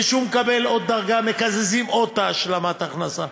וכשהוא מקבל עוד דרגה מקזזים עוד את השלמת ההכנסה.